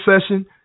session